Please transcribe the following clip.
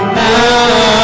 now